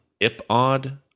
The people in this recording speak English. iPod